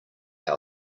how